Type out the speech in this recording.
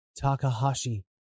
Takahashi